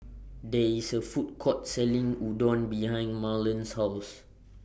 There IS A Food Court Selling Udon behind Marland's House